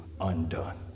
undone